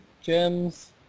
gems